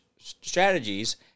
Strategies